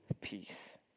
peace